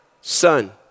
son